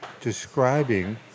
describing